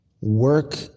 work